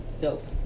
Dope